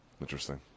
Interesting